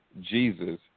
Jesus